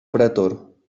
pretor